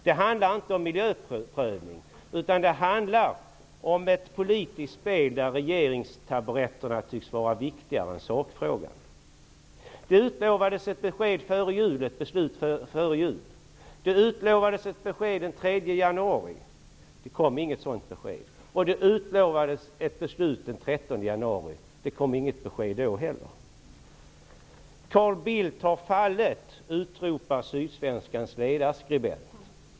Det handlar inte om miljöprövning, utan det handlar om ett politiskt spel där regeringstaburetterna tycks vara viktigare än sakfrågan. Det utlovades ett beslut före jul. Det utlovades ett besked den 3 januari, men det kom inget sådant besked. Det utlovades sedan ett beslut den 13 januari, men det kom inget besked då heller. Carl Bildt har fallit, utropar Sydsvenskans ledarskribent.